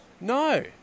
No